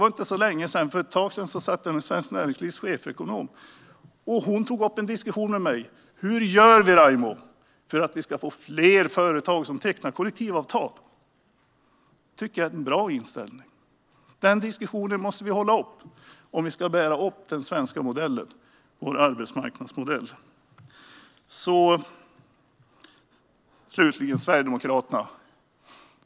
För ett tag sedan satt jag med Svenskt Näringslivs chefsekonom. Hon tog upp en diskussion med mig och frågade: Hur gör vi, Raimo, för att vi ska få fler företag som tecknar kollektivavtal? Det tycker jag är en bra inställning. Den diskussionen måste vi föra om vi ska ha den svenska modellen, vår arbetsmarknadsmodell. Jag ska slutligen säga någonting om Sverigedemokraterna.